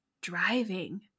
driving